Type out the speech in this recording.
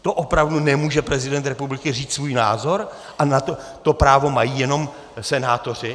To opravdu nemůže prezident republiky říct svůj názor a to právo mají jenom senátoři?